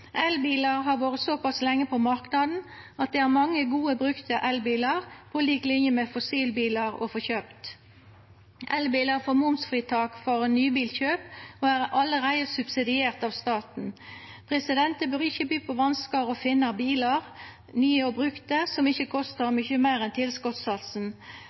Elbilar har vore såpass lenge på marknaden at det er mange gode brukte elbilar å få kjøpt, på lik linje med fossilbilar. Elbilar får momsfritak for nybilkjøp og er allereie subsidierte av staten. Det bør ikkje by på vanskar å finna bilar, nye eller brukte, som ikkje kostar mykje meir enn tilskotssatsen.